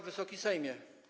Wysoki Sejmie!